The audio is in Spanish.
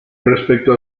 respecto